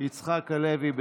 יצחק הלוי.